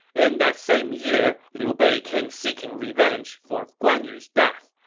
in that same year, liu bei came seeking revenge for guan yu's death,